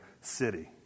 city